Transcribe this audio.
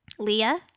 Leah